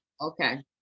Okay